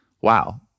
wow